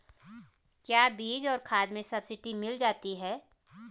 क्या बीज और खाद में सब्सिडी मिल जाती है?